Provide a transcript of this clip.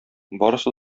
барысы